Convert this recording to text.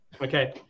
Okay